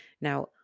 Now